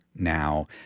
now